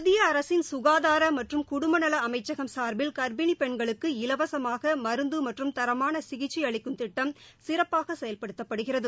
மத்திய அரசின் சுகாதார மற்றும் குடும்பநல அமைச்சகம் சார்பில் கர்ப்பினி பெண்களுக்கு இலவசமாக மருந்து மற்றும் தரமான சிகிச்சை அளிக்கும் திட்டம் சிறப்பாக செயல்படுத்தப்படுகிறது